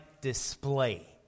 display